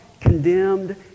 condemned